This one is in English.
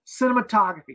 cinematography